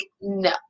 no